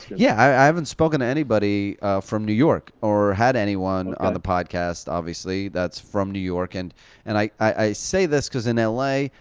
yeah, i haven't spoken to anybody from new york or had anyone on the podcast obviously that's from new york. and and i i say this cause, in l a,